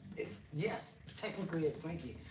it yes, technically a slinky.